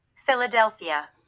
Philadelphia